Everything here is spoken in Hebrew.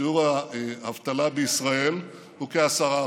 שיעור האבטלה בישראל הוא כ-10%.